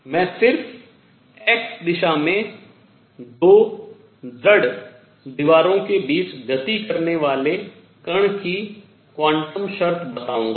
मैं सिर्फ x दिशा में दो ढृढ़ दीवारों के बीच गति करने वाले कण की क्वांटम शर्त बताऊंगा